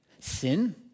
Sin